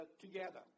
together